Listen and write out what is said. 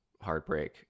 heartbreak